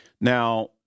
Now